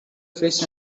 fish